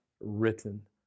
written